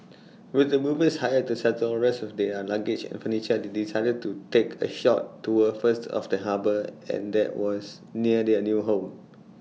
with the movers hired to settle the rest of their luggage and furniture they decided to take A short tour first of the harbour and that was near their new home